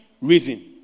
reason